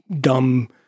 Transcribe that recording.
dumb